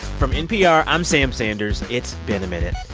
from npr, i'm sam sanders. it's been a minute.